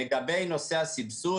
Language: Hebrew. לגבי נושא הסבסוד,